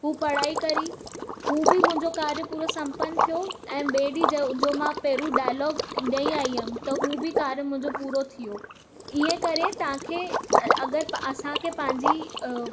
हू पढ़ाई करी हू बि मुंहिंजो कार्य पूरो संपन्न थिओ ऐं ॿेिए ॾींहं जब जो मां पहिरियों डायलोग ॾई आई हुयमि त हू बि कार्य मुंहिंजो पूरो थीओ ईअं करे तव्हांखे अगरि असांखे पंहिंजी